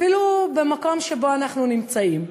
אפילו במקום שבו אנחנו נמצאים.